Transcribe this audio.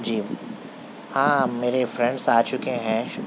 جی ہاں میرے فرینڈس آ چُکے ہیں